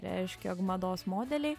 reiškia jog mados modeliai